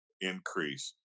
increase